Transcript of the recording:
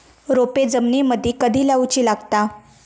रोपे जमिनीमदि कधी लाऊची लागता?